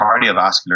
cardiovascular